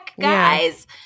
guys